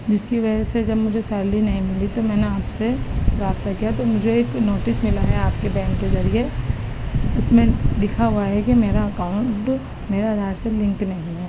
جس کی وجہ سے جب مجھے سیلری نہیں ملی تو میں نے آپ سے رابطہ کیا تو مجھے ایک نوٹس ملا ہے آپ کے بینک کے ذریعے اس میں لکھا ہوا ہے کہ میرا اکاؤنٹ میرے آدھار سے لینک نہیں ہے